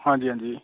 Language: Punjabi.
ਹਾਂਜੀ ਹਾਂਜੀ